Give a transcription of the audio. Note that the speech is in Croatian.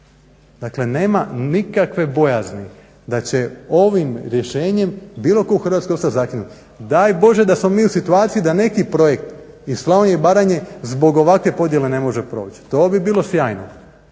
Dakle nema nikakve bojazni da će ovim rješenjem bilo tko u Hrvatskoj ostati zakinut. Daj Bože da smo mi u situaciji da neki projekt iz Slavonije i Baranje zbog ovakve podjele ne može proći, to bi bilo sjajno